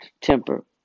temper